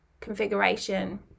configuration